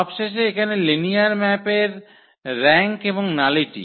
সবশেষে এখানে লিনিয়ার ম্যাপের র্যাঙ্ক এবং নালিটি